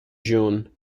june